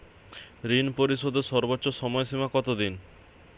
ঋণ পরিশোধের সর্বোচ্চ সময় সীমা কত দিন?